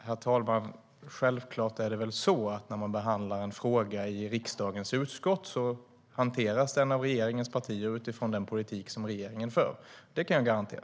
Herr talman! När man behandlar en fråga i riksdagens utskott hanteras den självklart av regeringens partier utifrån den politik som regeringen för. Det kan jag garantera.